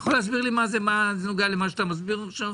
אתה יכול להסביר לי מה זה נוגע למה שאתה מסביר עכשיו?